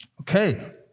Okay